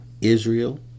Israel